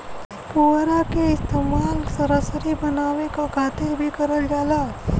पुवरा क इस्तेमाल रसरी बनावे क खातिर भी करल जाला